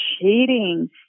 cheating